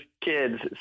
kids